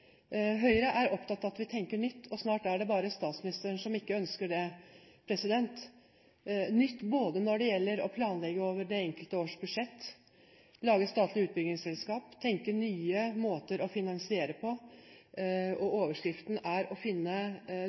Høyre er opptatt av at vi tenker nytt. Snart er det bare statsministeren som ikke ønsker å tenke nytt når det gjelder å planlegge over det enkelte års budsjett, lage statlige utbyggingsselskap, tenke nye måter å finansiere på. Overskriften er å finne